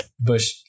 Bush